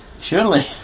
Surely